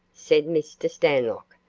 said mr. stanlock.